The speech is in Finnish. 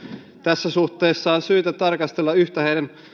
tässä suhteessa on syytä tarkastella yhtä heidän